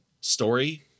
story